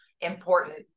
important